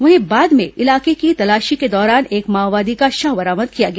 वहीं बाद में इलाके की तलाशी के दौरान एक माओवादी का शव बरामद किया गया